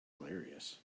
hilarious